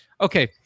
Okay